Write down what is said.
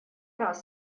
раз